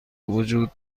وجود